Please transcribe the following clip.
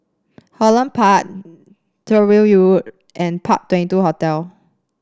Holland Park Tyrwhitt Road and Park Twenty two Hotel